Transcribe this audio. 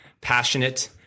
passionate